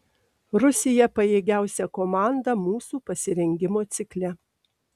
rusija pajėgiausia komanda mūsų pasirengimo cikle